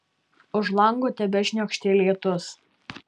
už lango tebešniokštė lietus